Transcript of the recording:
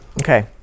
Okay